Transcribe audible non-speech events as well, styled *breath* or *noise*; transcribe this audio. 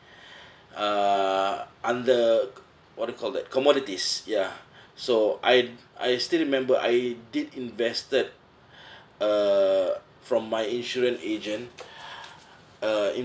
*breath* uh under what do you call that commodities ya so I I still remember I did invested *breath* err from my insurance agent *breath* uh